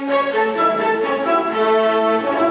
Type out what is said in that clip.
no no no no